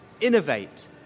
innovate